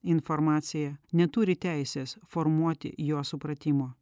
informaciją neturi teisės formuoti jo supratimo